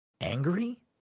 angry